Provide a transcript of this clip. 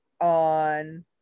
on